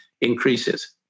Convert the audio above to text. increases